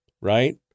right